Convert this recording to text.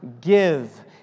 Give